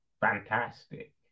fantastic